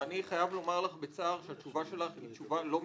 ואני חייב לומר לך בצער שהתשובה שלך היא תשובה לא משכנעת.